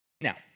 Now